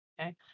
Okay